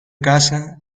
casa